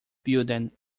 building